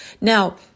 Now